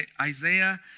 Isaiah